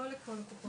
לא לכל הקופות?